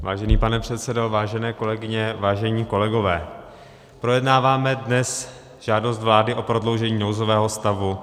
Vážený pane předsedo, vážené kolegyně, vážení kolegové, projednáváme dnes žádost vlády o prodloužení nouzového stavu.